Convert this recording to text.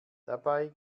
dabei